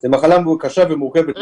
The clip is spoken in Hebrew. זו מחלה קשה ומורכבת.